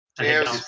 Cheers